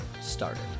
started